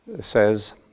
says